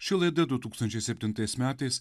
ši laida du tūkstančiai septintais metais